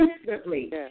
instantly